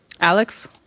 alex